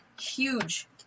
huge